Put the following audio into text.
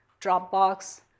Dropbox